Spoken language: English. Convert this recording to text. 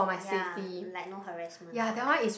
ya like no harassment or like